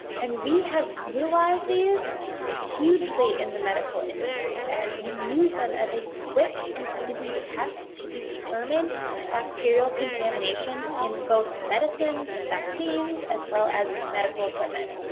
and we have utilized utilized these hugely in the medical industry. and we use them as a quick and easy test to determine bacterial contamination in both medicines and vaccines as well as medical equipment.